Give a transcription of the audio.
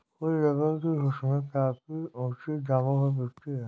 कुछ रबर की किस्में काफी ऊँचे दामों पर बिकती है